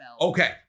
Okay